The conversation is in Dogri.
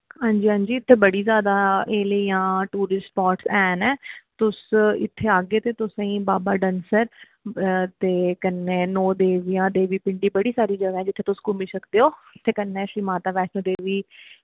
आं जी आं जी इत्थें बड़ी जादा एरिया टुरिस्ट स्पॉट हैन तुस इत्थें आह्गे ते तुसेंगी बाबा धनसर ते कन्नै नौ देवियां ते देवी पिंडी इत्थै बड़ी सारी जगह जित्थै तुस घुम्मी सकदे ओ इत्थै कन्नै माता वैष्णो देवी